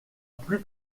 plus